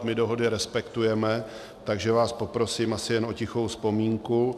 My dohody respektujeme, takže vás poprosím asi jen o tichou vzpomínku.